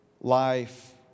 life